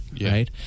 Right